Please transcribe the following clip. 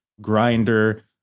Grinder